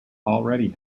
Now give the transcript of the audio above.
already